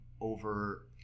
over